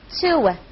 two